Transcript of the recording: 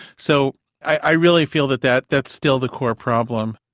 so i really feel that that that's still the core problem.